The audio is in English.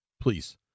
Please